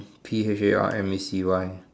P H A R M A C Y